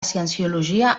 cienciologia